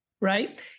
Right